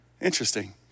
Interesting